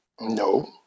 No